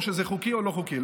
או שזה חוקי או לא חוקי,